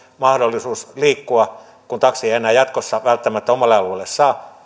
mahdollisuus liikkua tulee eteen oman auton hankinta kun taksia ei enää jatkossa välttämättä omalle alueelle saa